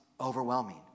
overwhelming